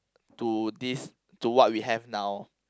to this to what we have now